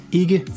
ikke